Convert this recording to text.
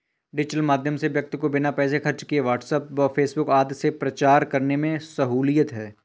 digital माध्यम से व्यक्ति को बिना पैसे खर्च किए व्हाट्सएप व फेसबुक आदि से प्रचार करने में सहूलियत है